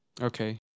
Okay